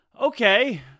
okay